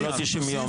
ולא 90 יום.